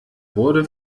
wurde